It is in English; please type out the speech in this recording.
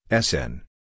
SN